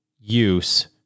use